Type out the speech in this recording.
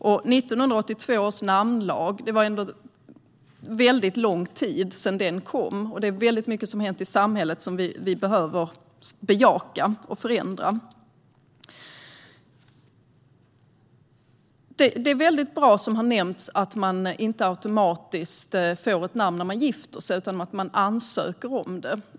Det var ändå väldigt länge sedan 1982 års namnlag kom, och det är mycket som har hänt i samhället och som vi behöver bejaka och förändra. Som har nämnts är det mycket bra att man inte automatiskt får ett namn när man gifter sig utan att man ansöker om det.